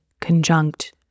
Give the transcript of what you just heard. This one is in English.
conjunct